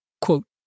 quote